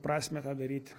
prasmę tą daryti